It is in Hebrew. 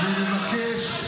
למה אתה עושה את זה?